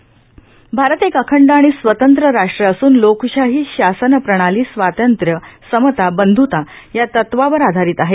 भारत एक अखंड आणि स्वतंत्र राष्ट्र असूनए लोकशाही शासन प्रणाली स्वातंत्र्यए समताए बंधुता या तत्वावर आधारित आहे